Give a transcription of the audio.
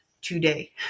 today